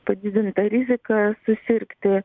padidinta rizika susirgti